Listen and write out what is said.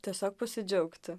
tiesiog pasidžiaugti